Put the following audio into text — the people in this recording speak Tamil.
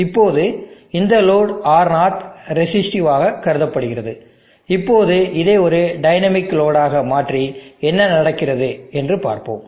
இப்போது இந்த லோடு R0 ரெஸிஸ்டிவாக கருதப்படுகிறது இப்போது இதை ஒரு டைனமிக் லோடு ஆக மாற்றி என்ன நடக்கிறது என்று பார்ப்போம்